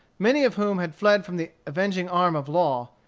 many of whom had fled from the avenging arm of law,